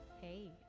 Hey